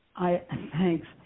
Thanks